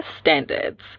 standards